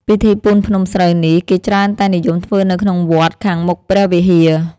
ពិធីពូនភ្នំស្រូវនេះ គេច្រើនតែនិយមធ្វើនៅក្នុងវត្ត ខាងមុខព្រះវិហារ ។